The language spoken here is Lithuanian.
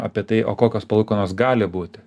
apie tai o kokios palūkanos gali būti